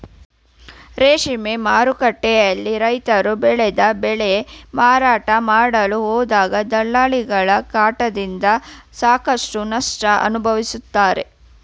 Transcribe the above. ರೇಷ್ಮೆ ಮಾರುಕಟ್ಟೆಯಲ್ಲಿ ರೈತ್ರು ಬೆಳೆದ ಬೆಳೆ ಮಾರಾಟ ಮಾಡಲು ಹೋದಾಗ ದಲ್ಲಾಳಿಗಳ ಕಾಟದಿಂದ ಸಾಕಷ್ಟು ನಷ್ಟ ಅನುಭವಿಸುತ್ತಾರೆ